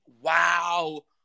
Wow